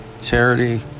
Charity